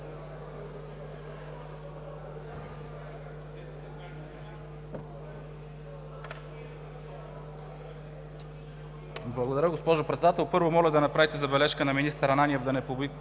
Благодаря, госпожо Председател. Първо моля да направите забележка на министър Ананиев да не подвиква